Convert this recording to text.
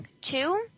Two